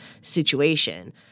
situation